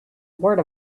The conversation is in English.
word